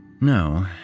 No